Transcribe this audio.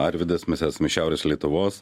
arvydas mes esam iš šiaurės lietuvos